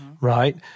Right